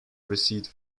received